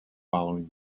following